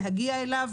להגיע אליו,